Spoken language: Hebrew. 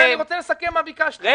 אני רק רוצה לסכם מה ביקשתי, את הפרמטרים.